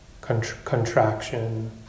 Contraction